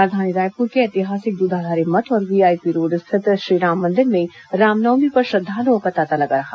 राजधानी रायपुर के ऐतिहासिक दूधाधारी मठ और वीआईपी रोड स्थित श्रीराम मंदिर में रामनवमी पर श्रद्दालुओं का तांता लगा रहा